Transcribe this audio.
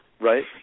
Right